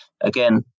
again